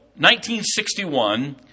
1961